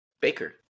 Baker